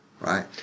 Right